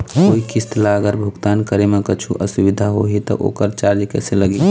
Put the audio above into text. कोई किस्त ला अगर भुगतान करे म कुछू असुविधा होही त ओकर चार्ज कैसे लगी?